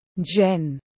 Jen